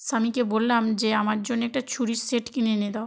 স্বামীকে বললাম যে আমার জন্যে একটা ছুরির সেট কিনে এনে দাও